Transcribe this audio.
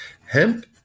Hemp